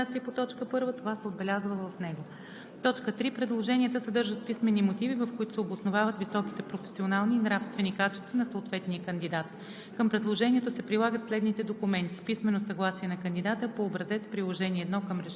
Когато народен представител или парламентарна група направи предложение въз основа на предложение на неправителствена организация по т. 1, това се отбелязва в него. 3. Предложенията съдържат писмени мотиви, в които се обосновават високите професионални и нравствени качества на съответния кандидат.